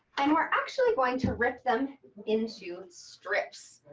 and we're actually going to rip them into strips.